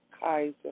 Kaiser